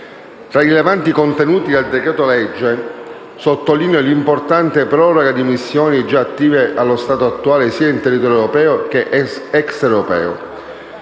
Tra i rilevanti contenuti del decreto-legge in esame, sottolineo l'importante proroga di missioni già attive allo stato attuale in territorio sia europeo, che extraeuropeo.